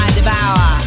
devour